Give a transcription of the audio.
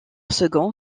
second